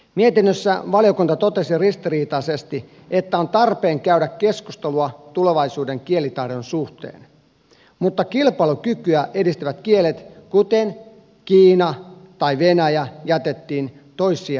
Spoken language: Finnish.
mietinnössä valiokunta totesi ristiriitaisesti että on tarpeen käydä keskustelua tulevaisuuden kielitaidon suhteen mutta kilpailukykyä edistävät kielet kuten kiina tai venäjä jätettiin toissijaisiksi